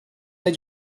they